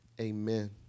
Amen